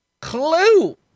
clue